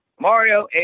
Mario